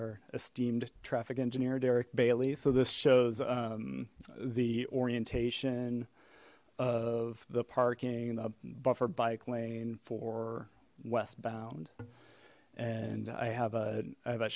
our esteemed traffic engineer derek bailey so this shows the orientation of the parking a buffer bike lane for westbound and i have a